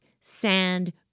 sand